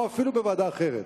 או אפילו בוועדה אחרת,